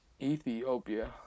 Ethiopia